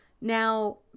now